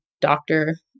doctor